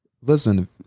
listen